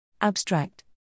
Abstract